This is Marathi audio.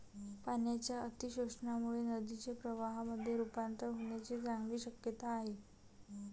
पाण्याच्या अतिशोषणामुळे नदीचे प्रवाहामध्ये रुपांतर होण्याची चांगली शक्यता आहे